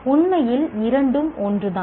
உண்மையில் இரண்டும் ஒன்றுதான்